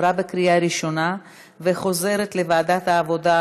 לוועדת העבודה,